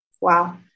Wow